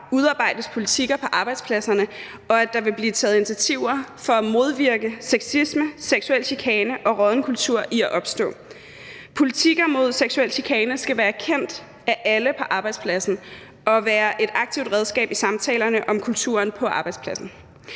at der udarbejdes politikker på arbejdspladserne, og at der vil blive taget initiativer til at modvirke og forhindre sexisme, seksuel chikane og rådden kultur i at opstå. Politikker mod seksuel chikane skal være kendt af alle på arbejdspladsen og være et aktivt redskab i samtalerne om kulturen på arbejdspladsen.